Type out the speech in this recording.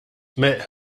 mais